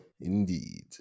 Indeed